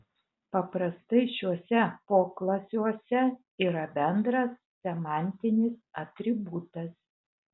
paprastai šiuose poklasiuose yra bendras semantinis atributas